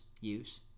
use